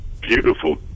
beautiful